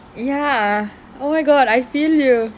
ya oh my god I feel you